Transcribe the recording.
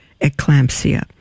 eclampsia